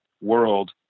world